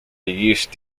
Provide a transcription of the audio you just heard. use